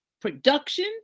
production